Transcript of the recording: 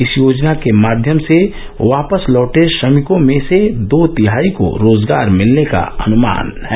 इस योजना के माध्यम से वापस लौटे श्रमिकों में से दो तिहाई को रोजगार मिलने का अनुमान है